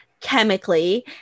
chemically